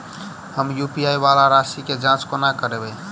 हम यु.पी.आई वला राशि केँ जाँच कोना करबै?